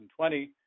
2020